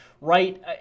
right